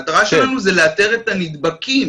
המטרה שלנו היא לאתר את הנדבקים.